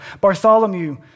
Bartholomew